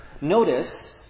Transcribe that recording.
notice